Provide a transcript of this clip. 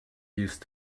used